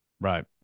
Right